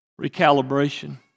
Recalibration